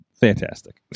Fantastic